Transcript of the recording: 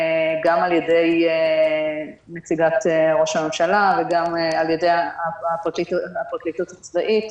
גם על-ידי נציגת משרד ראש הממשלה וגם על-ידי הפרקליטות הצבאית.